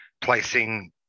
placing